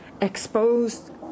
exposed